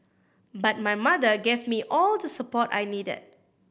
but my mother gave me all the support I needed